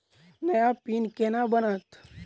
नया पिन केना बनत?